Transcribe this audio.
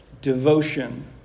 devotion